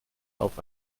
auf